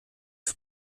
für